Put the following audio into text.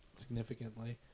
significantly